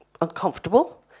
uncomfortable